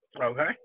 Okay